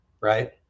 right